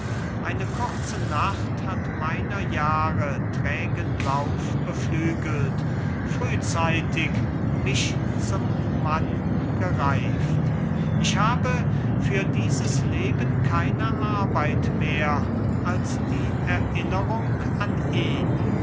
eine kurze nacht hat meiner jahre trägen lauf beflügelt frühzeitig mich zum mann gereift ich habe für dieses leben keine arbeit mehr als die erinnerung an ihn